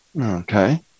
Okay